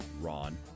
Ron